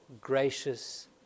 gracious